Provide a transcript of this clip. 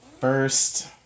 first